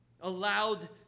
allowed